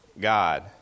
God